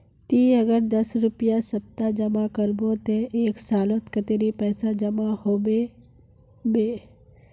ती अगर दस रुपया सप्ताह जमा करबो ते एक सालोत कतेरी पैसा जमा होबे बे?